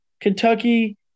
Kentucky